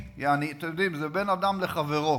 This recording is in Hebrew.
אתם יודעים, זה בין אדם לחברו.